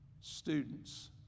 students